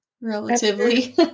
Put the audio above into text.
relatively